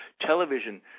television